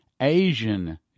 Asian